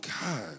God